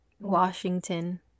Washington